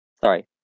Sorry